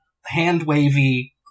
hand-wavy